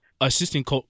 assistant